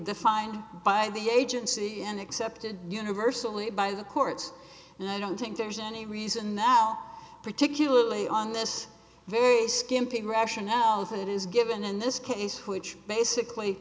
defined by the agency and accepted universally by the courts and i don't think there's any reason now particularly on this very skimpy rationales it is given in this case which basically